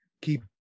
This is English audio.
keep